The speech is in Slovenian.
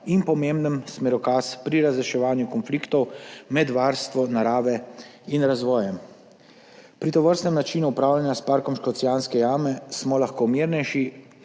in pomemben smerokaz pri razreševanju konfliktov med varstvom narave in razvojem. Pri tovrstnem načinu upravljanja s Parkom Škocjanske jame smo lahko mirnejši,